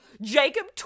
Jacob